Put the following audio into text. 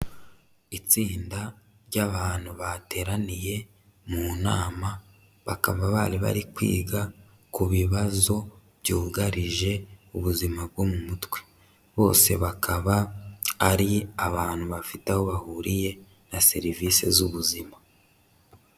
Itsinda ry'abantu bateraniye mu nama bakaba bari barikwiga ku bibazo byugarije ubuzima bwo mu mutwe. Bose bakaba ari abantu bafite aho bahuriye na serivisi z'ubuzima.